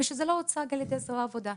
משום שזה לא הוצג על ידי זרוע העבודה.